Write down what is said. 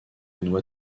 noix